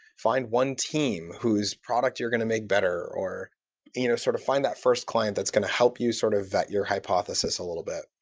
find one team whose product you're going to make better or you know sort of find that first client that's going to help you sort of vet your hypothesis a little bit.